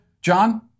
John